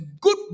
good